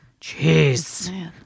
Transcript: Jeez